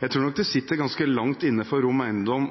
Jeg tror nok det sitter ganske langt inne for Rom Eiendom